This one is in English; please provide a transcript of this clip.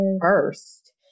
first